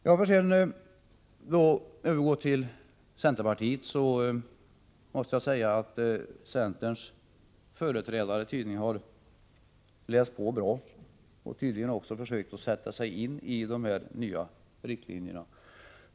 Jag får sedan övergå till att behandla centerpartiets reservationer. Jag måste säga att centerns företrädare tydligen har läst på bra och tydligen också försökt att sätta sig in i de nya riktlinjerna.